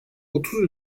otuz